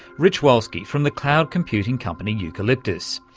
rich wolsky from the cloud computing company eucalyptus.